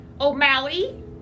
O'Malley